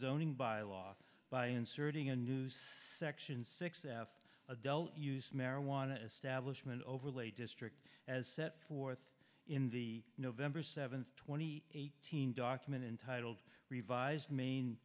zoning by law by inserting a news section six f adult use marijuana establishment overlay district as set forth in the nov seventh twenty eighteen document entitled revised main